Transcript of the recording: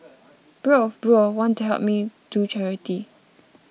bro bro want to help me do charity